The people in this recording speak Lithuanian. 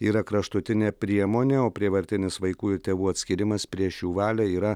yra kraštutinė priemonė o prievartinis vaikų ir tėvų atskyrimas prieš jų valią yra